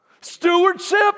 Stewardship